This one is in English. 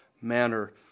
manner